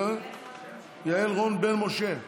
יעל רון בן משה.